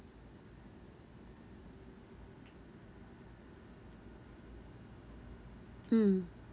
mm